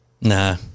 Nah